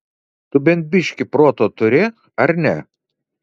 tu bent biškį proto turi ar ne